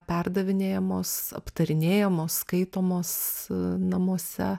perdavinėjamos aptarinėjamos skaitomos namuose